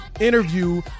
interview